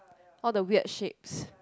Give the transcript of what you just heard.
all the weird shapes